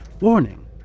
warning